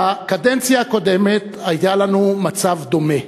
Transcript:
בקדנציה הקודמת היה לנו מצב דומה